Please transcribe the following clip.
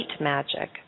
magic